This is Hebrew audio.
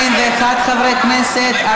41 חברי כנסת,